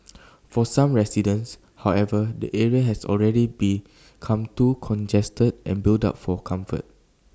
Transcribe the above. for some residents however the area has already be come too congested and built up for comfort